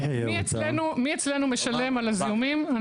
מי אצלנו משלם על הזיהומים?